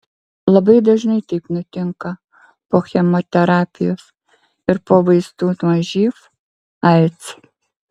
labai dažnai taip nutinka po chemoterapijos ir po vaistų nuo živ aids